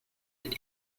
den